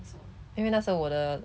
因为那时候我的